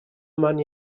mewn